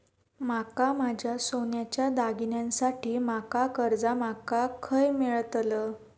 माका माझ्या सोन्याच्या दागिन्यांसाठी माका कर्जा माका खय मेळतल?